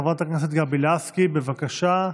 חברת הכנסת גבי לסקי, בבקשה.